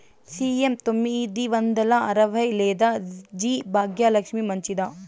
CM తొమ్మిది వందల అరవై లేదా జి భాగ్యలక్ష్మి మంచిదా?